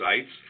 sites